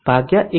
32 1